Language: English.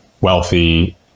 wealthy